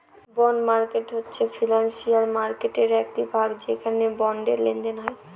bond market হচ্ছে financial মার্কেটের একটি ভাগ যেখানে বন্ডের লেনদেন হয়